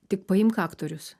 tik paimk aktorius